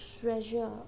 treasure